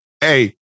Hey